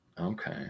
okay